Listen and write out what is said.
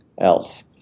else